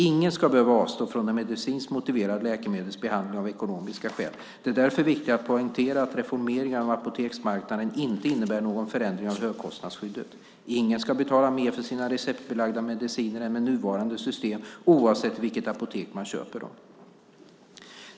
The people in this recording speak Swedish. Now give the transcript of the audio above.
Ingen ska behöva avstå från en medicinskt motiverad läkemedelsbehandling av ekonomiska skäl. Det är därför viktigt att poängtera att reformeringen av apoteksmarknaden inte innebär någon förändring av högkostnadsskyddet. Ingen ska betala mer för sina receptbelagda mediciner än med nuvarande system, oavsett i vilket apotek man köper dem.